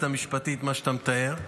המשפטית שאתה מתאר,